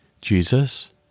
Jesus